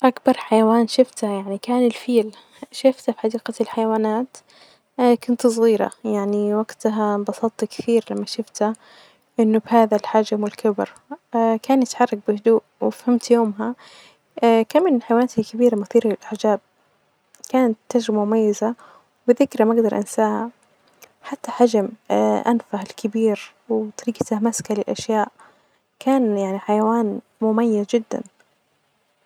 أكبر حيوان شفتة يعني كان الفيل ، شفته في حديقة الحيوانات، كنت صغيرة يعني وجتها إنبسطت كثير لما شفتة أنه بهذا الحجم والكبر. كان يتحرك بهدوء وفهمت يومها كم من الحيوانات الكبيرة مثيرة للإعجاب .كانت تجربة مميزة وذكري ما أجدر أنساها.حتي حجم أنفة الكبير وطريجتة مسك للأشياء ،كان يعني حيوان مميز جدا.